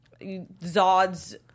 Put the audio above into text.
Zod's